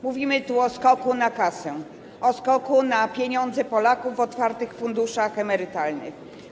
Mówimy tu o skoku na kasę, o skoku na pieniądze Polaków w otwartych funduszach emerytalnych.